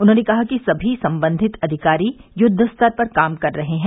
उन्होंने कहा कि सभी संबंधित अधिकारी युद्ध स्तर पर काम कर रहे हैं